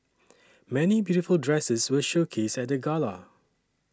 many beautiful dresses were showcased at the gala